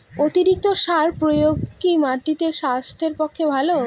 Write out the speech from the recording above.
অতিরিক্ত সার প্রয়োগ কি মাটির স্বাস্থ্যের পক্ষে ভালো?